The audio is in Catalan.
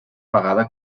vegada